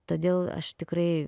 todėl aš tikrai